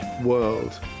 world